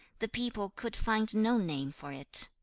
the people could find no name for it.